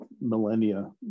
millennia